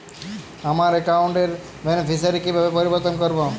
আমার অ্যাকাউন্ট র বেনিফিসিয়ারি কিভাবে পরিবর্তন করবো?